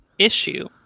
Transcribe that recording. Issue